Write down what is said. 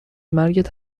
مرگت